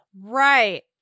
Right